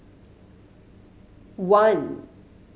one